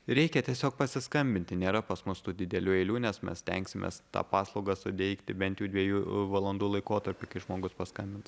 reikia tiesiog pasiskambinti nėra pas mus tų didelių eilių nes mes stengsimės tą paslaugą suteikti bent jau dviejų valandų laikotarpy kai žmogus paskambins